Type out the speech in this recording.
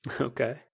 Okay